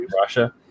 Russia